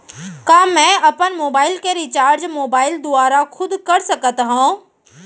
का मैं अपन मोबाइल के रिचार्ज मोबाइल दुवारा खुद कर सकत हव?